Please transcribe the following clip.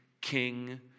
king